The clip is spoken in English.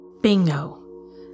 Bingo